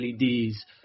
LEDs